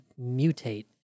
mutate